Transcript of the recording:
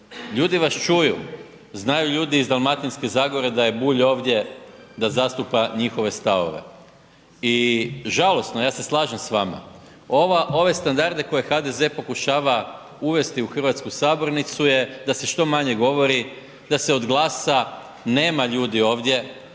ljudi vas čuju. Znaju ljudi iz Dalmatinske zagore da je Bulj ovdje da zastupa njihove stavove. I žalosno je, ja se slažem s vama, ove standarde koje HDZ pokušava uvesti u hrvatsku sabornicu je da se što manje govori, da se od glasa nema ovdje